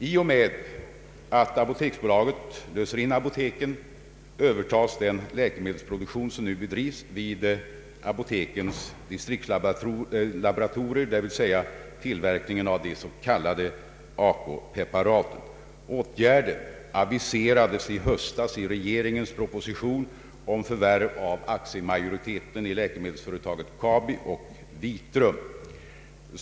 I och med att apoteksbolaget löser in apoteken övertas den läkemedelsproduktion som nu bedrivs vid apotekens distriktslaboratorier, d.v.s. tillverkningen av de s.k. ACO-preparaten. Åtgärden aviserades i höstas i regeringens proposition om förvärv av aktiemajoriteten i läkemedelsföretagen KABI och Vitrum.